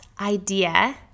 idea